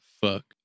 fuck